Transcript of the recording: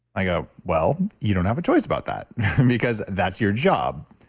i go, well, you don't have a choice about that because that's your job.